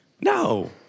No